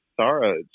Sarah